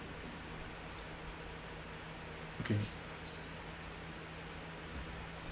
okay